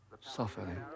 suffering